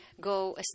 go